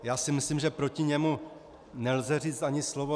Já si myslím, že proti němu nelze říci ani slovo.